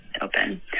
open